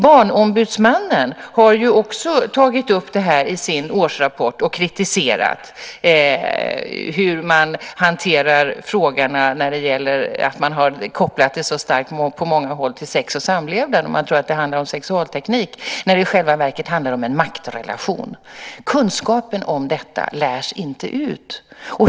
Barnombudsmannen har också tagit upp det här i sin årsrapport och kritiserat hur man hanterar frågorna, när det gäller att man på många håll kopplar det så starkt till sex och samlevnad och tror att det handlar om sexualteknik, när det i själva verket handlar om en maktrelation. Kunskapen om detta lärs inte ut.